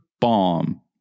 bomb